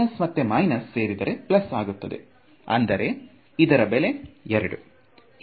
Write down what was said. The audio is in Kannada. ಮೈನಸ್ ಮತ್ತು ಮೈಸನ್ ಸೇರಿದರೆ ಪ್ಲಸ್ ಆಗುತ್ತದೆ ಅಂದರೆ ಇದರ ಬೆಲೆ 2